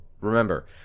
Remember